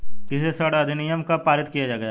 कृषि ऋण अधिनियम कब पारित किया गया?